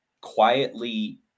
quietly